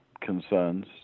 concerns